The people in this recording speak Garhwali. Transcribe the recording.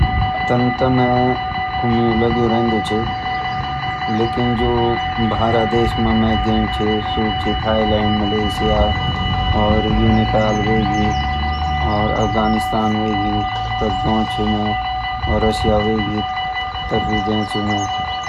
तन त मैं घुमणू लग्युं रंदु छ लेकिन जु बाहर देश म मैं गयुं छ सु छ थाइलैंड मलेशिया और यूनिपाल होएगी और अफगानिस्तान होएगी तख जयुं छ मैं और एशिया होएगी तख भी जयुं छ मैं।